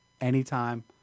anytime